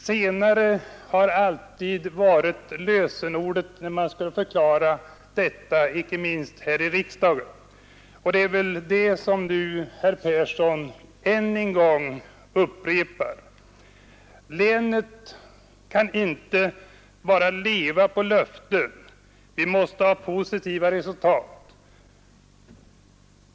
”Senare” har alltid varit lösenordet när detta motiverats, inte minst här i riksdagen, och det är det som herr Persson nu än en gång upprepar. Länet kan inte bara leva på löften. Vi måste ha positiva resultat.